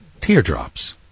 Teardrops